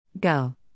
Go